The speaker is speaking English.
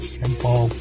simple